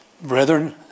brethren